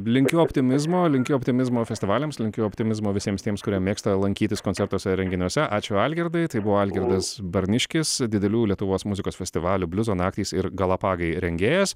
linkiu optimizmo linkiu optimizmo festivaliams linkiu optimizmo visiems tiems kurie mėgsta lankytis koncertuose ir renginiuose ačiū algirdai tai buvo algirdas barniškis didelių lietuvos muzikos festivalių bliuzo naktys ir galapagai rengėjas